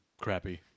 crappy